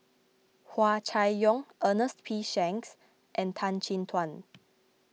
Hua Chai Yong Ernest P Shanks and Tan Chin Tuan